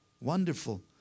Wonderful